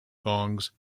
gongs